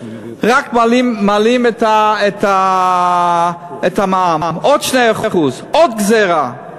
רק מעלים את המע"מ, עוד 2%, עוד גזירה.